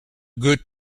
good